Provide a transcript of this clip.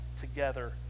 together